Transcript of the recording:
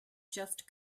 just